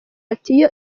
ati